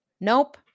Nope